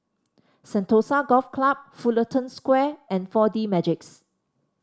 Sentosa Golf Club Fullerton Square and Four D Magix